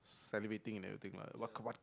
salivating and everything lah what what